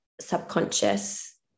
subconscious